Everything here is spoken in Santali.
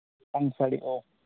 ᱥᱟᱥᱟᱝ ᱥᱟᱲᱤ ᱚ